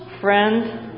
friend